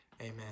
Amen